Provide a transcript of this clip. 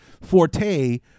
Forte